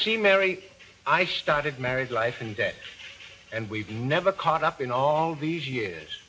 see mary i started married life in debt and we've never caught up in all these years